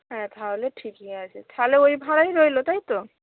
হ্যাঁ তাহলে ঠিকই আছে তাহলে ওই ভাঁড়াই রইলো তাই তো